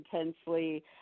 intensely